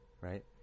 Right